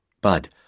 Bud